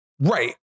Right